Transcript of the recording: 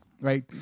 right